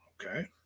okay